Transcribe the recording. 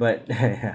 but ya